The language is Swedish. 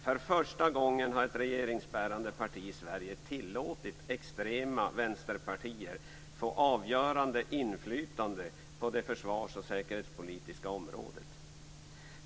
För första gången har ett regeringsbärande parti i Sverige tillåtit extrema vänsterpartier få avgörande inflytande på det försvars och särkerhetspolitiska området.